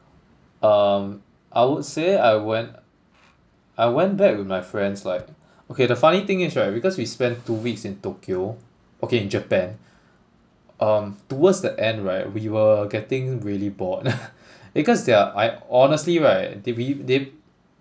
um I would say I went I went back with my friends like okay the funny thing is right because we spend two weeks in Tokyo okay in Japan um towards the end right we were getting really bored because they're I honestly right they we they